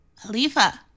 Alifa